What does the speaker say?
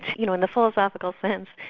you know, in the philosophical sense,